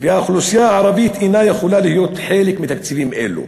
והאוכלוסייה הערבית אינה יכולה להיות חלק מתקציבים אלו.